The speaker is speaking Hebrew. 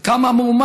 וכמה אמרו,